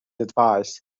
advice